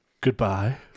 goodbye